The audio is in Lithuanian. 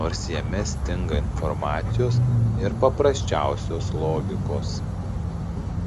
nors jame stinga informacijos ir paprasčiausios logikos